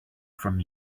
from